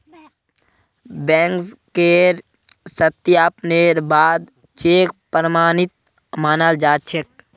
बैंकेर सत्यापनेर बा द चेक प्रमाणित मानाल जा छेक